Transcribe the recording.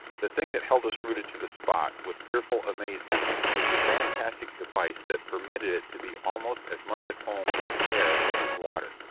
the thing that held us rooted to the spot with fearful amazement was the fantastic device that permitted it to be almost as much at home in air as in water.